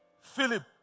Philip